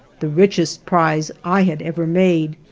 the richest prize i had ever made,